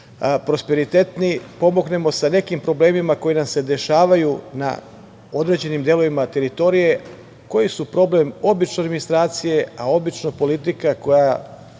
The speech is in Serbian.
prosperitetni pomognemo sa nekim problemima koji nam se dešavaju na određenim delovima teritorije, koji su problem obične administracije. Obično politika, koja